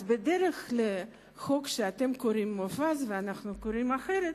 אז בדרך לחוק שאתם קוראים לו חוק מופז ואנחנו קוראים לו אחרת,